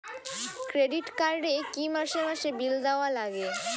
Credit card এ কি মাসে মাসে বিল দেওয়ার লাগে?